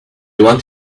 want